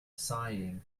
sighing